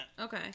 Okay